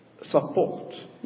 support